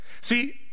See